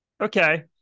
Okay